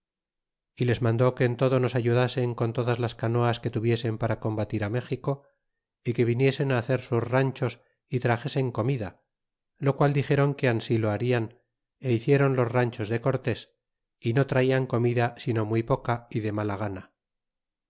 y les mandó que en todo nos ayudasen con todas las canoas que tuviesen para combatir á méxico é que viniesen á hacer sus ranchos é traxesen comida qual dixéron que ansi lo harian é hicieron los ranchos de cortés y no traian comida sino muy poca y de mala gana